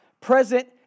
present